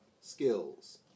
skills